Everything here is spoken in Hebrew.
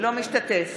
אינו משתתף